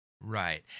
Right